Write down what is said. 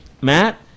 Matt